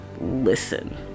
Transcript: listen